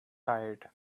tired